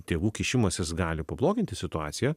tėvų kišimasis gali pabloginti situaciją